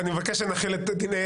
אני אנסה לקצר.